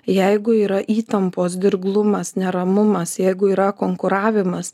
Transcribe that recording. jeigu yra įtampos dirglumas neramumas jeigu yra konkuravimas